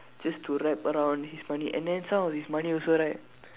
just to wrap around his money and then some of his money also right